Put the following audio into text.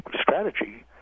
strategy